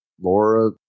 Laura